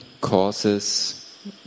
Causes